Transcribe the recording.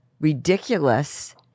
ridiculous